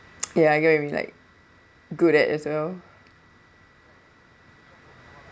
ya I get what you mean like good at it as well